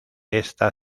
esta